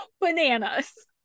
bananas